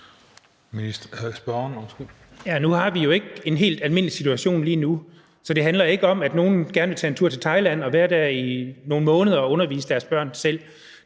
Nu har vi jo ikke en helt almindelig situation lige nu, så det handler ikke om, at nogle gerne vil tage en tur til Thailand og være der i nogle måneder og undervise deres børn selv.